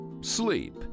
sleep